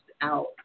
out